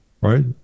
right